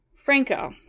Franco